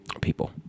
people